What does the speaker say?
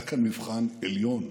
היה כאן מבחן עליון,